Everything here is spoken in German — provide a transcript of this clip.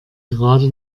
gerade